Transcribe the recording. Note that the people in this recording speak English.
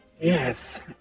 Yes